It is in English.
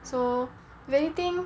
so really think